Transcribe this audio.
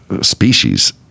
species